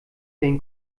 den